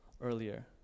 earlier